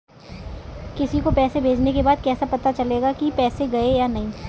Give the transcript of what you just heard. किसी को पैसे भेजने के बाद कैसे पता चलेगा कि पैसे गए या नहीं?